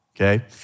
okay